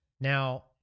now